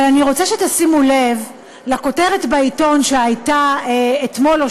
אבל אני רוצה שתשימו לב לכותרת בעיתון שהייתה אתמול או